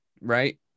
right